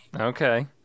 Okay